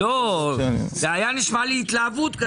זה היה נשמע לי התלהבות כזאת.